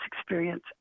experience